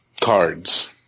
cards